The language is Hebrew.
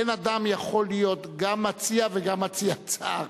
אין אדם יכול להיות גם מציע וגם מציע הצעה אחרת.